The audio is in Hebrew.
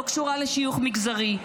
לא קשורה לשיוך מגזרי.